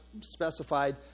specified